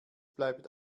bleibt